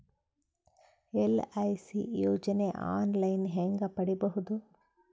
LIC ಯೋಜನೆ online ಹೇಂಗ ಪಡಿಬಹುದು?